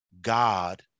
God